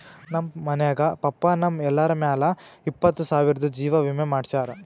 ನಮ್ ಮನ್ಯಾಗ ಪಪ್ಪಾ ನಮ್ ಎಲ್ಲರ ಮ್ಯಾಲ ಇಪ್ಪತ್ತು ಸಾವಿರ್ದು ಜೀವಾ ವಿಮೆ ಮಾಡ್ಸ್ಯಾರ